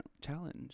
challenge